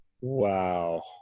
Wow